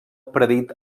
predit